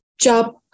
job